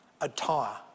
attire